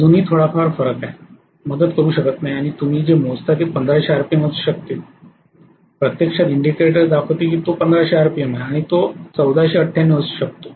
अजूनही थोडाफार फरक आहे मदत करू शकत नाही आणि तुम्ही जे मोजता ते 1500 rpm असू शकते प्रत्यक्षात इंडिकेटर दाखवते की तो 1500 आहे आणि तो 1498 असू शकतो